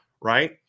Right